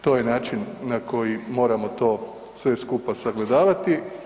To je način na koji moramo to sve skupa sagledavati.